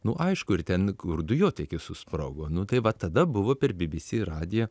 nu aišku ir ten kur dujotiekis susprogo nu tai va tada buvo per bbc radiją